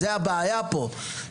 זו הבעיה פה,